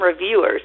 reviewers